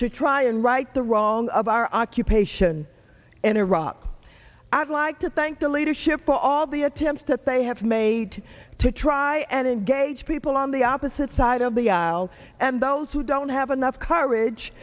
to try and right the wrongs of our occupation in iraq i'd like to thank the leadership for all the attempts to have made to try and engage people on the opposite side of the aisle and those who don't have enough courage